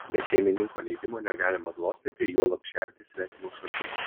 be šeimininko leidimo negalima glostyti juolab šerti svetimo šuns